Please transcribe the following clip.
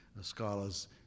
scholars